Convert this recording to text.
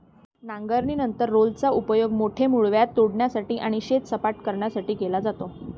नांगरणीनंतर रोलरचा उपयोग मोठे मूळव्याध तोडण्यासाठी आणि शेत सपाट करण्यासाठी केला जातो